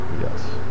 Yes